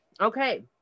Okay